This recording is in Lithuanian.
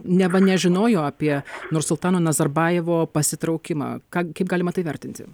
neva nežinojo apie nursultano nazarbajevo pasitraukimą ką kaip galima tai vertinti